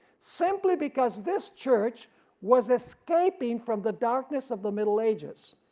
simply because this church was escaping from the darkness of the middle ages,